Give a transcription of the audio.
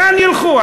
לאן ילכו?